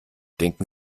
denken